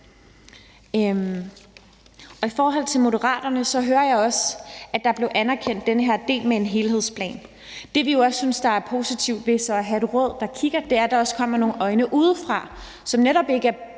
I forhold til Moderaterne hører jeg også, at den her del med helhedsplanen blev anerkendt. Det, vi jo også synes er positivt ved så at have et råd, der kigger, er, at der også kommer nogle øjne udefra, som netop ikke er